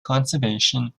conservation